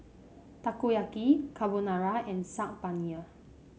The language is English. Takoyaki Carbonara and Saag Paneer